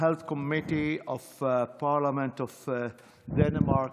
Health Committee of Parliament of Denmark,